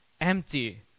empty